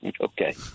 Okay